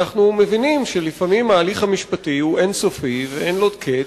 אנחנו מבינים שלפעמים ההליך המשפטי הוא אין-סופי ואין לו קץ.